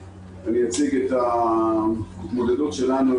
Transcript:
פרופ' זלצמן,